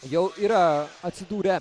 jau yra atsidūrę